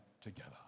together